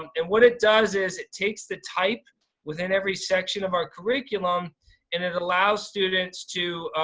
and what it does is it takes the type within every section of our curriculum and it allows students to